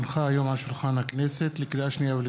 נמנעים.